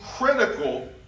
critical